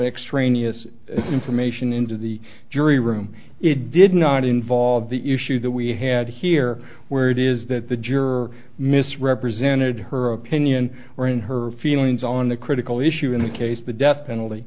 extraneous information into the jury room it did not involve the issue that we had here where it is that the juror misrepresented her opinion or in her feelings on the critical issue in the case the death penalty